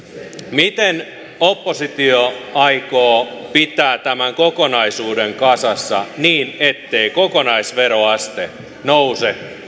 miten oppositio aikoo pitää tämän kokonaisuuden kasassa niin ettei kokonaisveroaste nouse